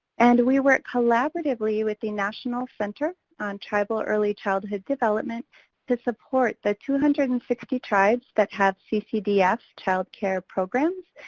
and we work collaboratively with the national center on tribal early childhood development to support the two hundred and sixty tribes that have ccdf child care programs.